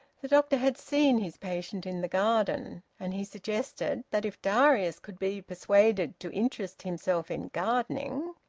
the doctor had seen his patient in the garden, and he suggested that if darius could be persuaded to interest himself in gardening.